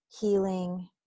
healing